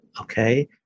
Okay